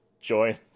join